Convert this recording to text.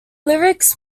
lyrics